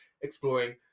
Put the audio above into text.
exploring